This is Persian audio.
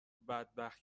بدبخت